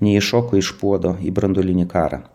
neiššoko iš puodo į branduolinį karą